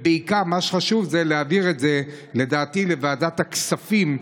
בעיקר מה שחשוב זה להעביר את זה לוועדת הכספים,